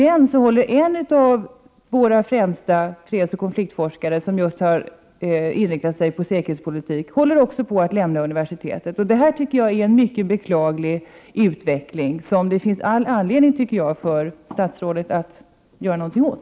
En av våra främsta fredsoch konfliktforskare, som just specialiserat sig på säkerhetspolitik, tänker lämna universitetet. Det här tycker jag är en mycket beklaglig utveckling, som det finns all anledning för statsrådet att göra någonting åt.